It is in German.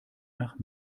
nach